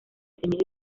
detenido